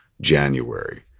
January